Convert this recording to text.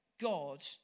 God